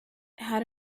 had